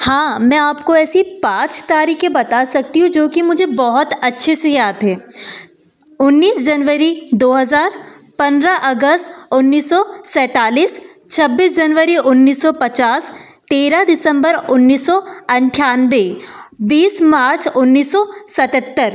हाँ मैं आपको ऐसी पाँच तारीखें बता सकती हूँ जो कि मुझे बहुत अच्छे से याद है उन्नीस जनवरी दो हज़ार पंद्रह अगस्त उन्नीस सौ सैंतालीस छब्बीस जनवरी उन्नीस सौ पचास तेरह दिसम्बर उन्नीस सौ अंठानबे बीस मार्च उन्नीस सौ सतहत्तर